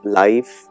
life